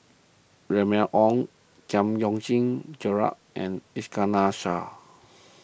Remy Ong Giam Yean Song Gerald and Iskandar Shah